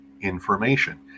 information